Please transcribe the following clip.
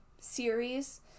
series